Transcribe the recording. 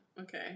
Okay